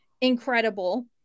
incredible